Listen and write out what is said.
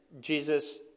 Jesus